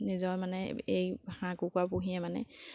নিজৰ মানে এই হাঁহ কুকুৰা পুহিয়ে মানে